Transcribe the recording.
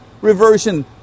reversion